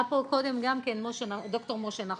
היה פה קודם ד"ר משה נחום,